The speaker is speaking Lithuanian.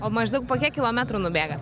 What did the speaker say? o maždaug po kiek kilometrų nubėga